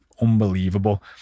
unbelievable